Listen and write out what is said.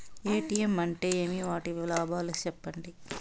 ATM అంటే ఏమి? వాటి లాభాలు సెప్పండి